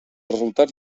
resultats